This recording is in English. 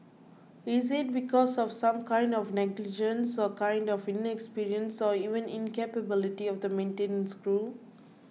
is it because of some kind of negligence or kind of inexperience or even incapability of the maintenance crew